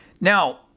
Now